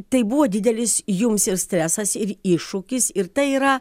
tai buvo didelis jums ir stresas ir iššūkis ir tai yra